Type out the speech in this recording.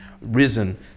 risen